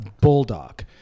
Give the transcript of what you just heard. bulldog